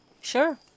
Sure